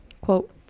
Quote